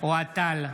אוהד טל,